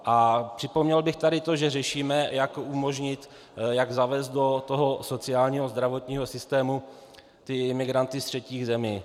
A připomněl bych tady to, že řešíme, jak umožnit, jak zavést do toho sociálního zdravotního systému imigranty z třetích zemí.